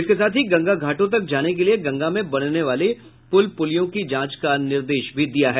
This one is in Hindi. इसके साथ ही गंगा घाटों तक जाने के लिए गंगा में बनने वाली पुल पुलियों की जाचं का निर्देश भी दिया है